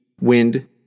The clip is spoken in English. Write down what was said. wind